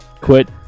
quit